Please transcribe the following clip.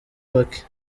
bake